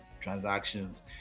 Transactions